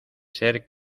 ser